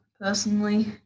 personally